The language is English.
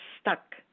stuck